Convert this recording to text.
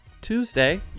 Tuesday